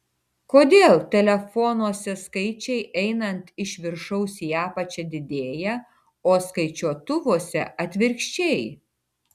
kodėl telefonuose skaičiai einant iš viršaus į apačią didėja o skaičiuotuvuose atvirkščiai